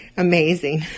Amazing